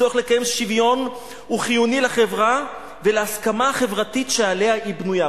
הצורך לקיים שוויון הוא חיוני לחברה ולהסכמה החברתית שעליה היא בנויה.